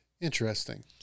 Interesting